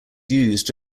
used